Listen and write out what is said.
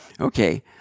Okay